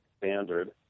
standard